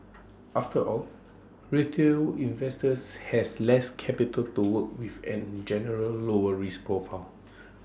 after all retail investors has less capital do work with and in general lower risk profile